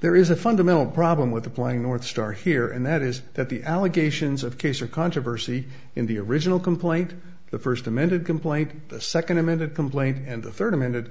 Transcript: there is a fundamental problem with the playing northstar here and that is that the allegations of case or controversy in the original complaint the first amended complaint the second amended complaint and the third amended